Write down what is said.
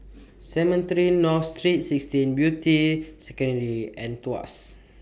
Cemetry North Saint sixteen Beatty Secondary and Tuas